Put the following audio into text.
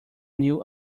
new